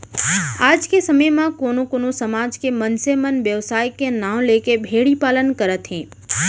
आज के समे म कोनो कोनो समाज के मनसे मन बेवसाय के नांव लेके भेड़ी पालन ल करत हें